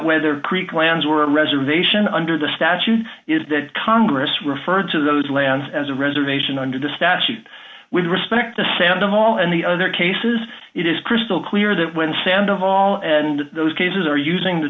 lands were a reservation under the statute is that congress referred to those lands as a reservation under the statute with respect to send them all and the other cases it is crystal clear that when sandoval and those cases are using the